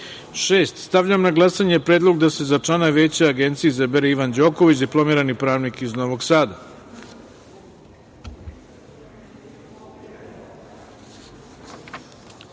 troje. Stavljam na glasanje predlog da se za člana Veća Agencije izabere IvanĐoković, diplomirani pravnik iz Novog